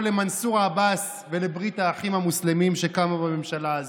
למנסור עבאס ולברית האחים המוסלמים שקמה בממשלה הזאת.